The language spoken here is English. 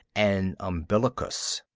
an umbilicus.